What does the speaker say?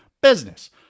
Business